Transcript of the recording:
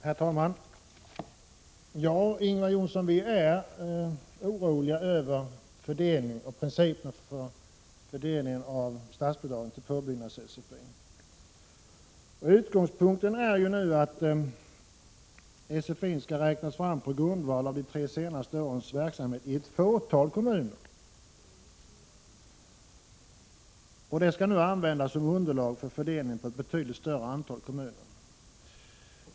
Herr talman! Ja, Ingvar Johnsson, vi är oroliga över principerna för fördelningen av statsbidrag till påbyggnads-sfi. Utgångspunkten är ju nu att sfi-n skall räknas fram på grundval av de tre senaste årens verksamhet i ett fåtal kommuner. Det skall sedan användas som underlag för fördelningen på ett betydligt större antal kommuner.